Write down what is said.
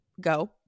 go